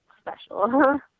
special